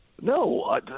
No